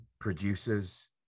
producers